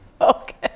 Okay